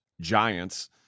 Giants